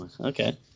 okay